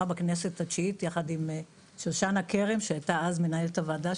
בכנסת התשיעית יחד עם שושנה כרם שהייתה אז מנהלת הוועדה,